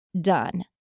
done